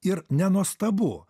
ir nenuostabu